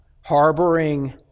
harboring